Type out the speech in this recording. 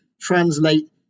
translate